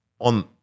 on